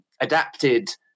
adapted